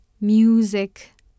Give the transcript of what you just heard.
music